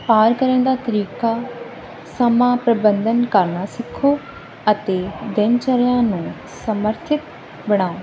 ਪਾਰ ਕਰਨ ਦਾ ਤਰੀਕਾ ਸਮਾਂ ਪ੍ਰਬੰਧਨ ਕਰਨਾ ਸਿੱਖੋ ਅਤੇ ਦਿਨਚਰਿਆ ਨੂੰ ਸਮਰਥਿਤ ਬਣਾਓ